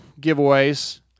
giveaways